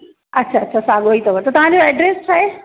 अच्छा अच्छा साॻो ई अथव त तव्हांजो एड्रेस छाहे